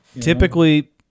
Typically